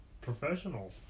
professional